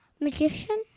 magician